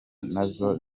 nazo